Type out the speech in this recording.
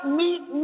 meet